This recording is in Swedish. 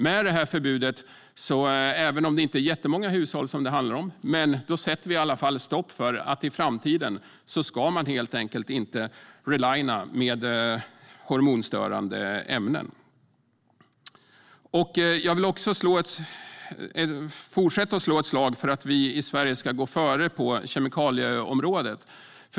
Med detta förbud - även om det inte handlar om jättemånga hushåll - sätter vi i alla fall stopp för att man i framtiden relinar med hormonstörande ämnen. Jag vill också fortsätta att slå ett slag för att vi i Sverige ska gå före på kemikalieområdet.